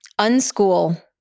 Unschool